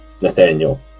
Nathaniel